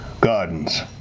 gardens